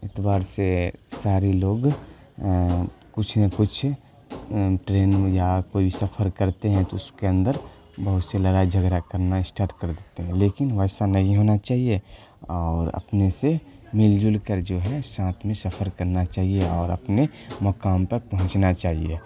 اعتبار سے سارے لوگ کچھ نہ کچھ ٹرین یا کوئی سفر کرتے ہیں تو اس کے اندر بہت سے لڑائی جھگڑا کرنا اسٹارٹ کر دیتے ہیں لیکن ویسا نہیں ہونا چاہیے اور اپنے سے مل جل کر جو ہے ساتھ میں سفر کرنا چاہیے اور اپنے مقام پر پہنچنا چاہیے